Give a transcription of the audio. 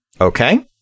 Okay